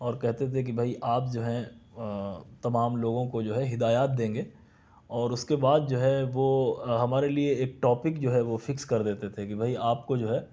اور کہتے تھے کہ بھائی آپ جو ہیں تمام لوگوں کو جو ہے ہدایات دیں گے اور اُس کے بعد جو ہے وہ ہمارے لیے ایک ٹاپک جو ہے وہ فِکس کر دیتے تھے کہ بھائی آپ کو جو ہے